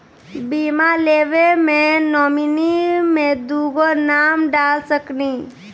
बीमा लेवे मे नॉमिनी मे दुगो नाम डाल सकनी?